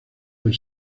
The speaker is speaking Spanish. del